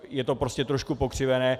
Je to prostě trošku pokřivené.